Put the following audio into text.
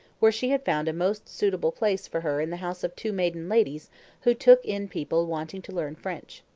where she had found a most suitable place for her in the house of two maiden ladies who took in people wanting to learn french.